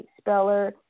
Speller